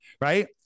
right